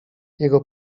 jego